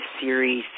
series